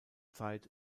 zeit